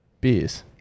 beers